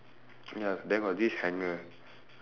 ya then got this hanger